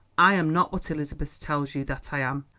i am not what elizabeth tells you that i am.